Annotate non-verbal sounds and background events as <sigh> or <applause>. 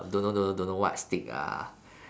don't know don't know don't know what steak ah <breath>